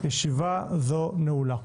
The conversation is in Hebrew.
ישיבה זו נעולה.